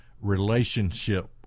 relationship